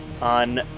on